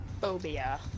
phobia